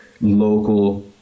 local